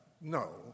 No